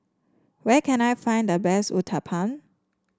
where can I find the best Uthapam